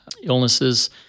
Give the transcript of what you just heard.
illnesses